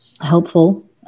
helpful